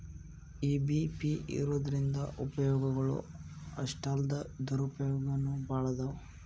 EBP ಇರೊದ್ರಿಂದಾ ಉಪಯೊಗಗಳು ಅಷ್ಟಾಲ್ದ ದುರುಪಯೊಗನೂ ಭಾಳದಾವ್